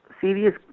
serious